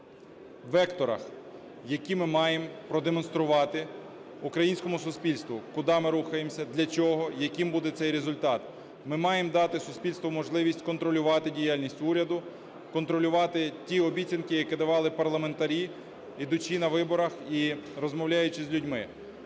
векторах, які ми маємо продемонструвати українському суспільству, куди ми рухаємося, для чого, яким буде цей результат. Ми маємо дати суспільству можливість контролювати діяльність уряду, контролювати ті обіцянки, які давали парламентарі, йдучи на вибори і розмовляючи з людьми.